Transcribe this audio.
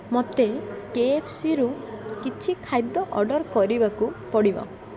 ମୋତେ କେଏଫ୍ସିରୁ କିଛି ଖାଦ୍ୟ ଅର୍ଡ଼ର୍ କରିବାକୁ ପଡ଼ିବ